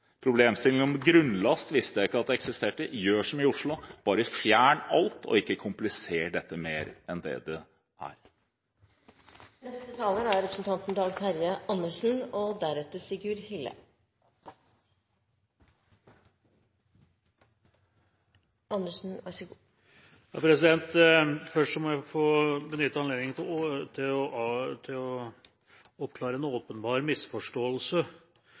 Problemstillingen med grunnlast visste jeg ikke eksisterte. Gjør som i Oslo: Bare fjern alt, og ikke gjør det mer komplisert enn det det er. Først må jeg få benytte anledningen til å oppklare en åpenbar misforståelse. Det har blitt skapt inntrykk av at Arbeiderpartiet ikke har vært ryddig når det gjelder proveny i sammenheng med kontantstøtten, som vi altså ikke ønsker å